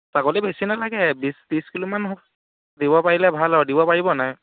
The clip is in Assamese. ছাগলী বেছি নালাগে বিছ ত্ৰিছ কিলোমান দিব পাৰিলে ভাল আৰু দিব পাৰিবনে নাই